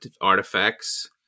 artifacts